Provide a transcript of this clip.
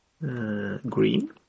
Green